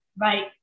right